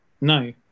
No